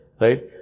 right